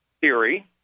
theory